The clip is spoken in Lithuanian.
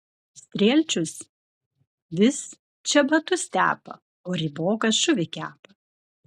strielčius vis čebatus tepa o rybokas žuvį kepa